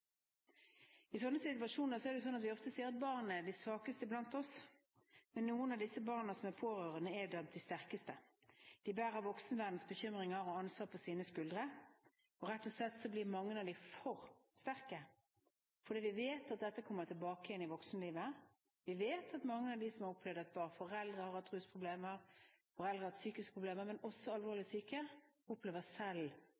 I sånne situasjoner er det ofte slik at man sier at barna er de svakeste blant oss, men noen av disse barna som er pårørende, er blant de sterkeste. De bærer voksenverdenens bekymringer og ansvar på sine skuldre, og rett og slett blir mange av dem for sterke. Vi vet at dette kommer tilbake igjen i voksenlivet. Vi vet at mange av dem som har opplevd at foreldre har hatt rusproblemer, foreldre har hatt psykiske problemer, men også